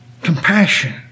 Compassion